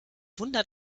wunder